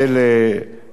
לצערי הרב,